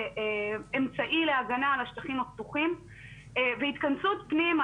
כאמצעי להגנה על השטחים הפתוחים והתכנסות פנימה.